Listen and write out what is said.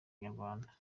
nyarwanda